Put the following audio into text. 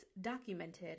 documented